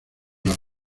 las